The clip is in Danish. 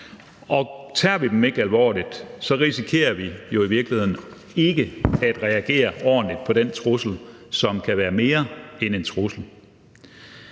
Tager vi dem ikke alvorligt, risikerer vi jo i virkeligheden ikke at reagere ordentligt på den trussel, som kan være mere end en trussel.